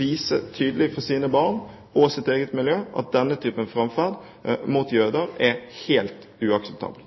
vise både sine barn og sitt eget miljø tydelig at denne typen framferd mot jøder er helt uakseptabel.